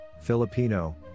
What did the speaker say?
Filipino